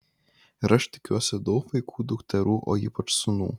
ir aš tikiuosi daug vaikų dukterų o ypač sūnų